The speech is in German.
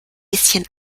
bisschen